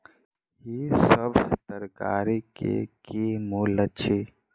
ई सभ तरकारी के की मूल्य अछि?